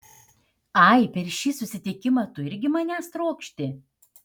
ai per šį susitikimą tu irgi manęs trokšti